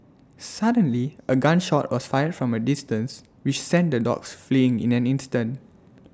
suddenly A gun shot was fired from A distance which sent the dogs fleeing in an instant